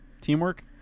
Teamwork